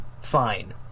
fine